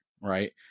right